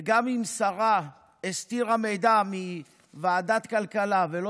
וגם אם שרה הסתירה מידע מוועדת הכלכלה ולא